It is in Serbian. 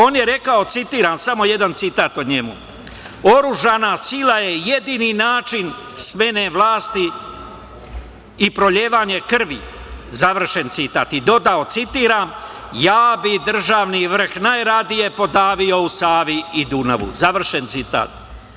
On je rekao, citiram, samo jedan citat od njega –„ Oružana sila je jedini način smene vlasti i prolivanje krvi“, završen citat, i dodao, citiram –„ Ja bih državni vrh najradije podavio u Savi i Dunavu“, završen citat.